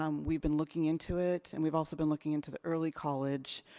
um we've been looking into it, and we've also been looking into the early college.